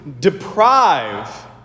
deprive